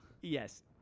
yes